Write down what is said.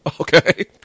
Okay